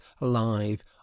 alive